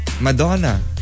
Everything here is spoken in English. Madonna